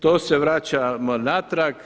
To se vraćamo natrag.